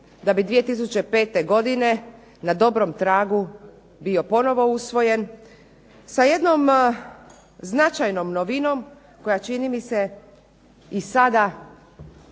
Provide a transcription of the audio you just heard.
da bi 2005. godine na dobrom tragu bio ponovno usvojen sa jednom značajnom novinom koja čini mi se i sada